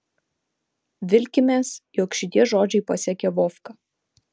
vilkimės jog šitie žodžiai pasiekė vovką